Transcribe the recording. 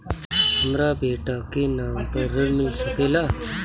हमरा बेटा के नाम पर ऋण मिल सकेला?